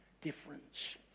Difference